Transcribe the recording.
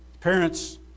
Parents